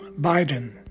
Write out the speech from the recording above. Biden